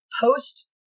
post